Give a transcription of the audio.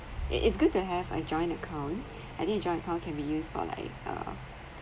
it it's good to have a joint account I think joint account can be used for like